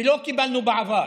שלא קיבלנו בעבר,